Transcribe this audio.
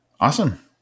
Awesome